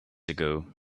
ago